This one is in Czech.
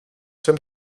jsem